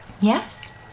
Yes